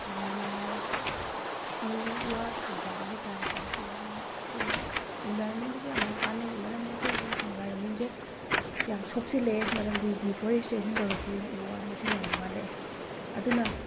ꯌꯥꯝꯅ ꯎ ꯋꯥ ꯊꯥꯖꯕ ꯍꯩꯇꯥꯔꯦꯀꯣ ꯑꯁꯦ ꯌꯥꯝꯅ ꯑꯩꯈꯣꯏꯒꯤ ꯏꯟꯚꯥꯏꯔꯣꯟꯃꯦꯟꯗꯁꯨ ꯌꯥꯝꯅꯁꯨ ꯀꯥꯟꯅꯩ ꯃꯔꯝꯗꯤ ꯑꯩꯈꯣꯏ ꯍꯧꯖꯤꯛ ꯍꯧꯖꯤꯛ ꯏꯟꯚꯥꯏꯔꯣꯟꯃꯦꯟꯁꯦ ꯌꯥꯝꯅ ꯁꯣꯛꯆꯤꯜꯂꯑꯦ ꯃꯔꯝꯗꯤ ꯗꯤꯐꯣꯔꯦꯁꯇꯦꯁꯟ ꯇꯧꯔꯛꯄꯗꯒꯤ ꯎ ꯋꯥ ꯃꯁꯤꯡ ꯌꯥꯝꯅ ꯋꯥꯠꯂꯛꯑꯦ ꯑꯗꯨꯅ